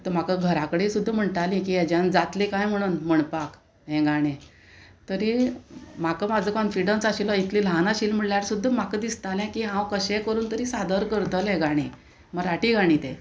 म्हाका घरा कडे सुद्दां म्हणटालीं की हेज्यान जातलें कांय म्हणून म्हणपाक हें गाणें तरी म्हाका म्हाजो कॉनफिडन्स आशिल्लो इतलें ल्हान आशिल्लें म्हणल्यार सुद्दां म्हाका दिसतालें की हांव कशें करून तरी सादर करतलें गाणें मराठी गाणीं तें